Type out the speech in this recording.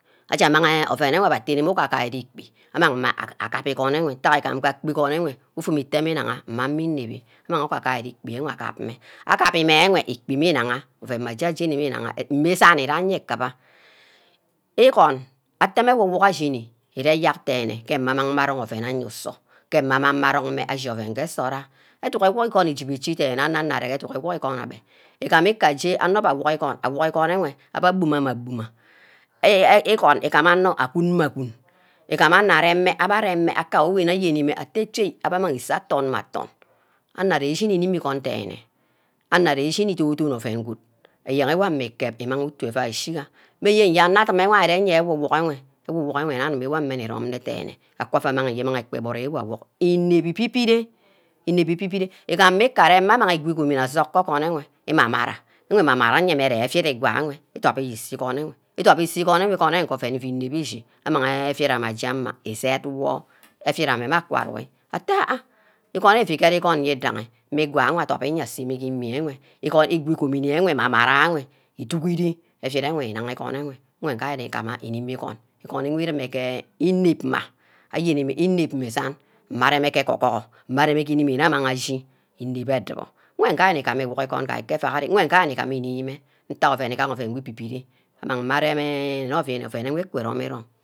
Aba amang oven nwe abbe aderi uga-gani gbi amang mme agab mme igon enwe ntagha igam nge akpor igon enwe, ufum iteme inagha mme anim inep-bi amang uga-gari ikpi enwe agap mme, agabi mme enwe ikpi mme inagha, oven mma jeni-ajeni mmeh inagha, mmeh isani ayeh ikuba, igon atteh mmeh ewu-wuk ashini ire eyerk den-ne ke mmah amang mme arong oven aye usoh, ke mma amang mmeh ashi oven ke nsort ah, educk igwugo igon ijubor ichi dene anor-nor arear ke edug igwug igun abbe igam ika abe anor mbeh awug igon igamah nor agun gun mmeh agun, igam anor erem-mmeh abba arem-mmeh akawumeh ayeni-meh atte che abbe amang iseeh attoen mme attorn, anor ishini imimi igon denne anor arear ishimi idon-dinor oven goo, ayen wami inep imang utu evai ashi ga mmeh yeah anor adim wor aye ewake wuke enhwe ewuk-wuk ammeh mmeh awor nni nme nne dene, akwa ava amang mme je igwug ekpa igburu wor awug ibep-ibibire inep ibibire igam mmch ikaremeh, igmagi igwa gumi mmeh asung ke ogoni nwe, ima-mara we ima-mara enwe mme je asug mmeh ke igwa nwe idophe ise igon enwe idop ise igon enh menge oven inep-heh ishig emang evid ameh aje amah ised woh avid ameh mme aka ruhe atteh ah ah igon enh ebu iged igon widaghi ke igwa wor adop nye aseme ke ima enwe igwa igomini enwe amang amara enwe idughiri jen enwe inagha igon enwe mme ngah ari igamah inmi igon igon wor ireme ke inep mma ayemimeh inep mma isan mma areme ke agor gorho mme areme ke inumeh amang ashi inep adubor weh nga ari nigumah iwung igon ke everk ari, wen nge ari nigam ah ini-mmeh ntack oven igaha oben wor ibibimeh amang mmeh aremi oben wor iki romve irome